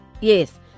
yes